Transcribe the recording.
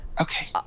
Okay